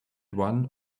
one